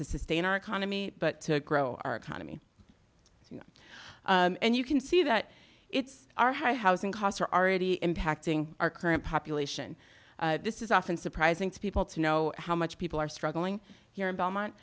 to sustain our economy but to grow our economy and you can see that it's our high housing costs are already impacting our current population this is often surprising to people to know how much people are struggling here in belmont